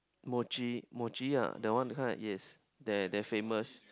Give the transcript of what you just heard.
mochi mochi ah that one that kind yes that that famous